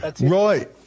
right